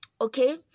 Okay